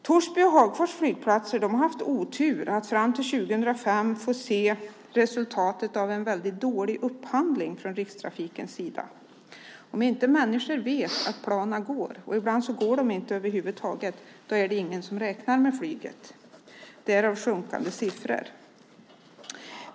Torsby och Hagfors flygplatser har haft oturen att fram till 2005 få känna resultatet av en dålig upphandling från Rikstrafikens sida. Om inte människor vet att planen går - och ibland går de inte över huvud taget - är det ingen som räknar med flyget. Därför har siffrorna sjunkit.